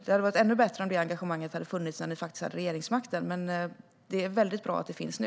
Det hade varit ännu bättre om detta engagemang hade funnits när ni hade regeringsmakten, men det är väldigt bra att det finns nu.